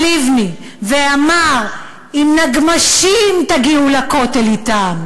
לבני ואמר: עם נגמ"שים תגיעו לכותל אתה,